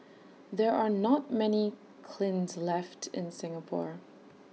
there are not many kilns left in Singapore